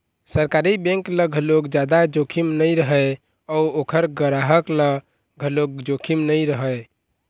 सरकारी बेंक ल घलोक जादा जोखिम नइ रहय अउ ओखर गराहक ल घलोक जोखिम नइ रहय